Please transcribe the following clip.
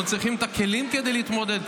אנחנו צריכים את הכלים כדי להתמודד,